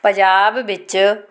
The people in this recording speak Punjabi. ਪੰਜਾਬ ਵਿੱਚ